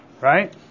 right